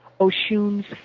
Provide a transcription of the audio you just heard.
Oshun's